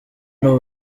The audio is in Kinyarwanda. n’u